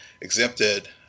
exempted